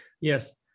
Yes